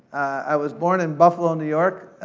i was born in buffalo, new york.